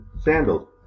sandals